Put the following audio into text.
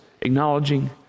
acknowledging